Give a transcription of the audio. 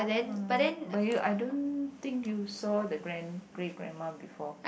uh but you I don't think you saw the grand great grandma before